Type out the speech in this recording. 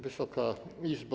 Wysoka Izbo!